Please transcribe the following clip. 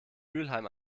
mülheim